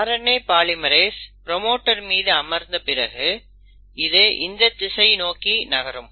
RNA polymerase promoter மீது அமர்ந்த பிறகு இது இந்த திசை நோக்கி நகரும்